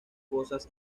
cosas